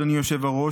אדוני היושב-ראש,